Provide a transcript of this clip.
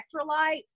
electrolytes